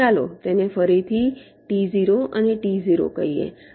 ચાલો તેને ફરીથી T0 અને T0 કહીએ